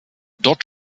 dort